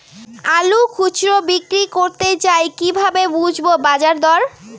আলু খুচরো বিক্রি করতে চাই কিভাবে বুঝবো বাজার দর?